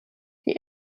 die